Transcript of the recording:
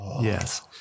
Yes